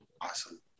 Awesome